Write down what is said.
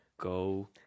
go